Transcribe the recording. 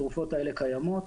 התרופות האלה קיימות,